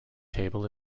table